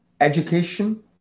education